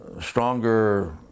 stronger